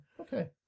Okay